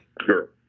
Sure